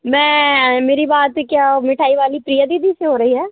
मैं मेरी बात क्या मिठाई वाली प्रिया दीदी से हो रही है